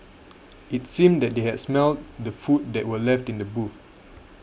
it seemed that they had smelt the food that were left in the boot